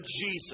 Jesus